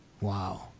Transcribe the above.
Wow